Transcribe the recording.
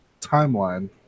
timeline